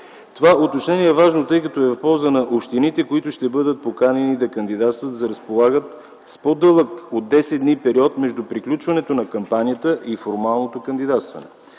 Това отношение е важно, тъй като е от полза на общините, които ще бъдат поканени да кандидатстват, да разполагат с период по-дълъг от 10 дни между приключването на кампанията и формалното кандидатстване.